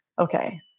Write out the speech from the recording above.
okay